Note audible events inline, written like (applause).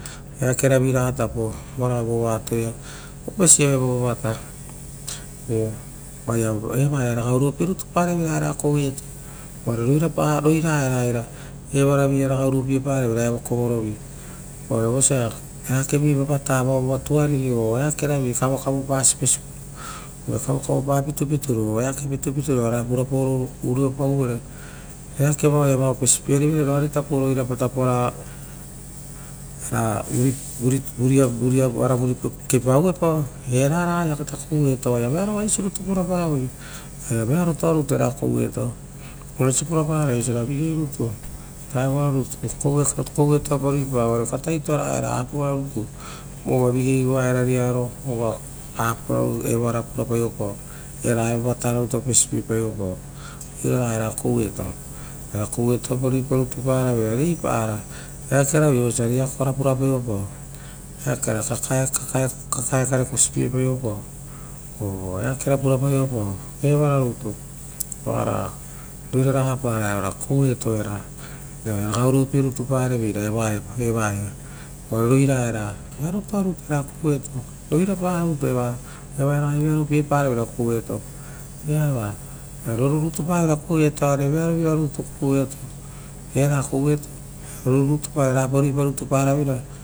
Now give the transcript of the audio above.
Eakeroviraga tapo vova atoea opesie evo vavata uva eva oaia ragai oruopie rutu pareveira era koueto uvare roira eva erapa era, evaraviia ragai oruo pie parevera era koueto. Evokovorovi ora vosa eakeavi voio vavata vo tuariri oo eakerovi kavokavo siposipo. vao kavokavo pitupituro oo eake pitupituro ora purapaoro uriopauvere, eake vaoia opesipierivere roari tapo (hesitation) ro iratapo ora vuripipaoe pao eva raga ita koueto oaia vearo vaisi rutu purapavoi, uvare vearoto arutua era koueto oaia oisio puraparai oisio ra vigei rutu vutaro rutuia kouetoa pa ruii papavo uvare kataitoa raga era vararoutu vova vigei vo tokopie aro, vova apuara rutu ia evara ia vava tara rutu opesipiepao raia era koueto, kouetoapa riparutaparaveira reipara eakera vi vosa riakora pura paivo pao, eakeara kakae kare kosipievopao oo eakera purapaivo pao evara rutu oaia koueto era ragai oruopie rutu pareveira eva ia uvare roira era rearopie to a rutu era koueto, roirapa rutu eva oaia raga vearo piepareveira era koueto, vearovira evaia oaia roru rutu paveira era ia koueto. Era koueto rapa riipa rutu paravera.